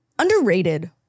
Underrated